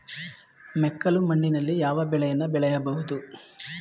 ಮೆಕ್ಕಲು ಮಣ್ಣಿನಲ್ಲಿ ಯಾವ ಬೆಳೆಯನ್ನು ಬೆಳೆಯಬಹುದು?